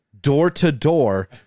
door-to-door